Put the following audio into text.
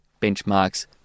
benchmarks